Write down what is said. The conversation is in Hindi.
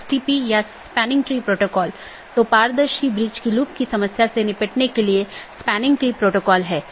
इसलिए हलका करने कि नीति को BGP प्रोटोकॉल में परिभाषित नहीं किया जाता है बल्कि उनका उपयोग BGP डिवाइस को कॉन्फ़िगर करने के लिए किया जाता है